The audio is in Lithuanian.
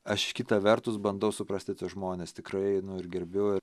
aš kita vertus bandau suprasti žmones tikrai nu ir gerbiu